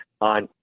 on